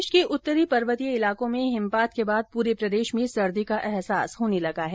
देश के उत्तरी पर्वतीय इलाकों में हिमपात के बाद पूरे प्रदेश में सर्दी का अहसास होने लगा है